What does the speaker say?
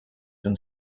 been